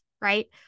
right